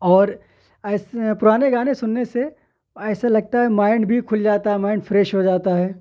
اور ایسے پرانے گانے سننے سے ایسا لگتا ہے مائنڈ بھی کھل جاتا مائنڈ فریش ہو جاتا ہے